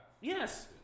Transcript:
Yes